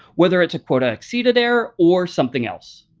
whether it's a quota exceeded error or something else.